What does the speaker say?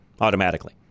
automatically